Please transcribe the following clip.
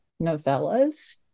novellas